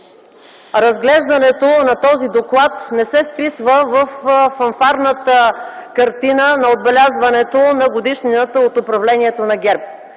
разглеждането на този доклад не се вписва във фанфарната картина на отбелязването на годишнината от управлението на ГЕРБ?